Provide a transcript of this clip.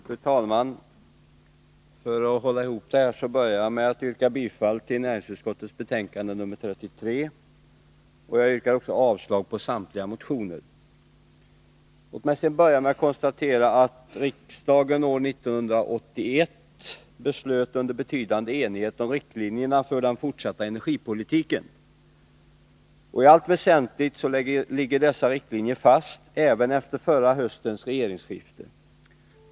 Fru talman! För att hålla ihop det här börjar jag med att yrka bifall till hemställan i näringsutskottets betänkande nr 33. Jag yrkar avslag på samtliga motioner. Riksdagen beslöt år 1981 i stor enighet om riktlinjerna för den fortsatta energipolitiken. I allt väsentligt ligger dessa riktlinjer fast även efter förra höstens regeringsskifte.